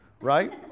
right